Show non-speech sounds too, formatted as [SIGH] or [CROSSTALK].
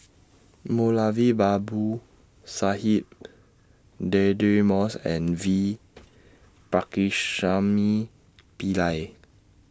Moulavi Babu Sahib Deirdre Moss and V [NOISE] Pakirisamy Pillai